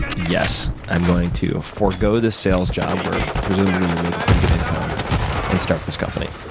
yes i am going to forgo this sales job where presumably you are making pretty good income and start this company?